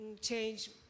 change